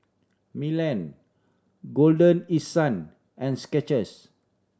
Milan Golden East Sun and Skechers